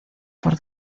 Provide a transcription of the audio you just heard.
por